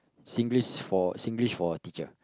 Singlish for Singlish for a teacher